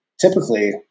typically